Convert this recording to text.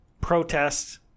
protests